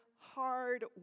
hard